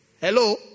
Hello